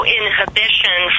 inhibition